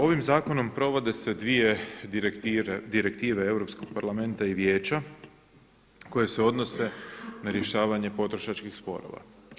Ovim zakonom provode se dvije direktive EU parlamenta i Vijeća koje se odnose na rješavanje potrošačkih sporova.